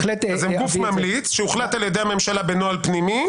זה גוף ממליץ שהוחלט על ידי הממשלה בנוהל פנימי,